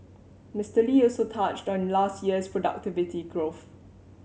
Mister Lee also touched on last year's productivity growth